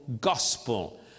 gospel